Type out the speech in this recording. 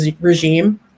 regime